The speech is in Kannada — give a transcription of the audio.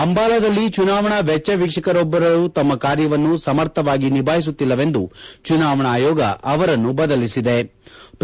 ಅಂಬಾಲಾದಲ್ಲಿ ಚುನಾವಣಾ ವೆಜ್ವ ವೀಕ್ಷಕರೊಬ್ಬರು ತಮ್ಮ ಕಾರ್ಯವನ್ನು ಸಮರ್ಥವಾಗಿ ನಿಭಾಯಿಸುತ್ತಿಲ್ಲವೆಂದು ಚುನಾವಣಾ ಆಯೋಗ ಅವರನ್ನು ತೆಗೆದುಹಾಕಿದೆ